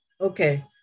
okay